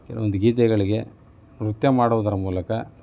ಕೆಲವೊಂದು ಗೀತೆಗಳಿಗೆ ನೃತ್ಯ ಮಾಡುವುದರ ಮೂಲಕ